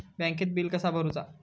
बँकेत बिल कसा भरुचा?